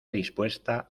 dispuesta